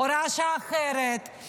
הוראת שעה אחרת,